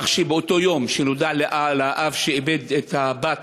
כך שבאותו יום שנודע לאב שהוא איבד את הבת,